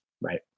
right